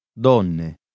donne